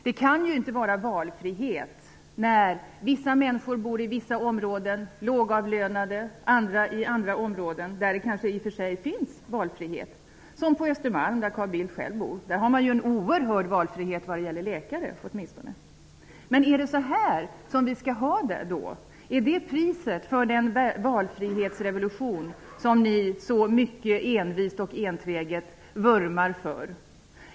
Det kan inte vara fråga om valfrihet när vissa människor, lågavlönade, bor i vissa områden och andra människor bor i andra områden -- där det kanske i och för sig finns valfrihet, t.ex. på Östermalm där Carl Bildt själv bor. Där har man ju oerhört stor valfrihet åtminstone vad gäller läkare. Är det så här vi skall ha det? Är det priset för den valfrihetsrevolution som ni så envist och enträget vurmar för?